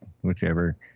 whichever